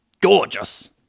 gorgeous